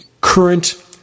current